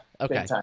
Okay